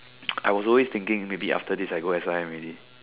I was always thinking maybe after this I go S_I_M already